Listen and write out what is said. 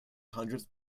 hundredth